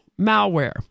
malware